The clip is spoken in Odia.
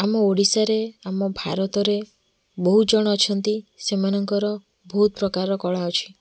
ଆମ ଓଡ଼ିଶାରେ ଆମ ଭାରତରେ ବହୁତ ଜଣ ଅଛନ୍ତି ସେମାନଙ୍କର ବହୁତ ପ୍ରକାରର କଳା ଅଛି